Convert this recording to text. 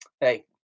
hey